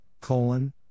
colon